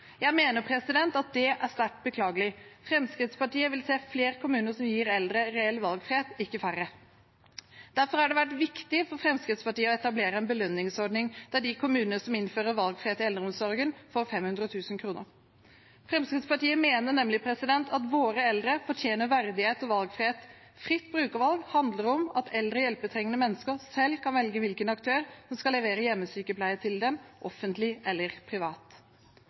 Jeg mener at det er sterkt beklagelig. Fremskrittspartiet vil se flere kommuner som gir eldre reell valgfrihet, ikke færre. Derfor har det vært viktig for Fremskrittspartiet å etablere en belønningsordning der de kommunene som innfører valgfrihet i eldreomsorgen, får 500 000 kr. Fremskrittspartiet mener nemlig at våre eldre fortjener verdighet og valgfrihet. Fritt brukervalg handler om at eldre hjelpetrengende mennesker selv kan velge hvilken aktør som skal levere hjemmesykepleie til dem, offentlig eller privat.